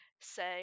say